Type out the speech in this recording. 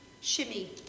Shimmy